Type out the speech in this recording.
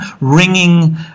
ringing